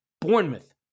Bournemouth